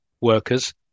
workers